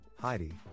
Heidi